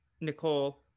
Nicole